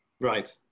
right